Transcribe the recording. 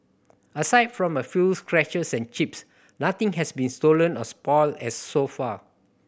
aside from a few scratches and chips nothing has been stolen or spoilt as so far